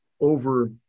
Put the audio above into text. over